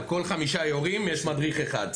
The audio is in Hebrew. על כל חמישה יורים יש מדריך אחד,